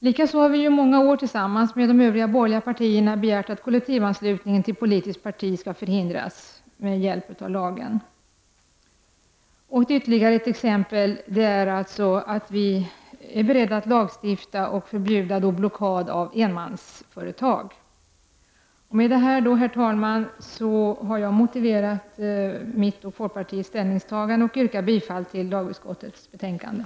Dessutom har vi under många år tillsammans med de borgerliga partierna begärt att kollektivanslutningen till politiskt parti skall förhindras med hjälp av lagen. Det finns ytterligare ett område där vi i folkpartiet har föreslagit lagstiftning. Det gäller då förbudet mot blockad mot enmansföretag. Med detta, herr talman, har jag motiverat mitt och folkpartiets ställningstagande. Jag yrkar bifall till lagutskottets hemställan i betänkandet.